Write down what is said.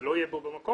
זה לא יהיה בו במקום.